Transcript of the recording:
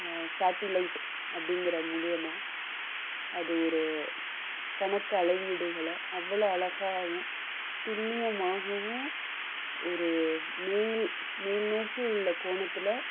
satellite அப்படிங்கற மூலிம்மா அது ஒரு கணக்கு அளவீடுகளை அவ்வளோ அழகாவும் துல்லியமாகவும் ஒரு மேல் மேல்நோக்கி உள்ளே கோணத்தில்